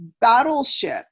battleship